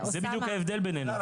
זה בדיוק ההבדל בינינו.